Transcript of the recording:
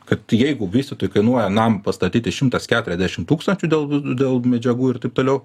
kad jeigu vis tai kainuoja namą pastatyti šimtas keturiasdešim tūkstančių dėl dėl medžiagų ir taip toliau